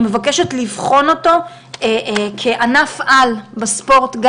אני מבקשת לבחון אותו כענף על בספורט.